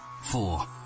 four